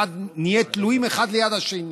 נהיה תלויים אחד ליד השני,